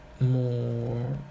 more